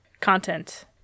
content